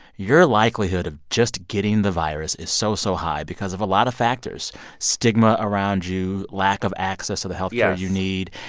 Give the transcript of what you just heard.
your likelihood of just getting the virus is so, so high because of a lot of factors stigma around you, lack of access to the health care yeah you need.